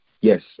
Yes